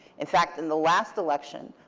in fact, in the last election,